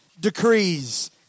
decrees